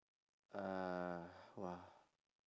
uh !wah!